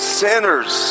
sinners